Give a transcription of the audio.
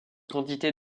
quantités